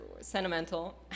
sentimental